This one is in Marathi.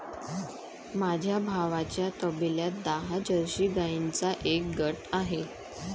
माझ्या भावाच्या तबेल्यात दहा जर्सी गाईंचा एक गट आहे